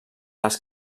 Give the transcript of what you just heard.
les